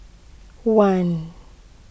one